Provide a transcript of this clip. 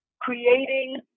creating